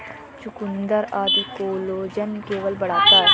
चुकुन्दर आदि collagen level बढ़ाता है